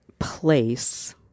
place